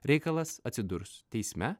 reikalas atsidurs teisme